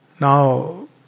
Now